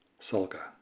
salga